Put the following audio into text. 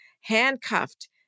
handcuffed